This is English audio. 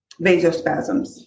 vasospasms